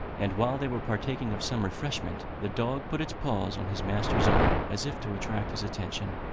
and while they were partaking of some refreshment the dog put its paws on his master's arm, as if to attract his attention,